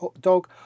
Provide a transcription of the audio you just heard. dog